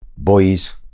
boys